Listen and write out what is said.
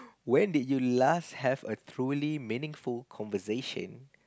when did you last have a truly meaningful conversation